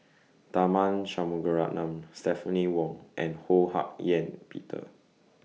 Tharman Shanmugaratnam Stephanie Wong and Ho Hak Ean Peter